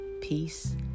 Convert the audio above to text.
peace